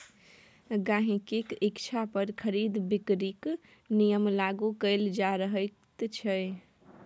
गहिंकीक इच्छा पर खरीद बिकरीक नियम लागू कएल जा सकैत छै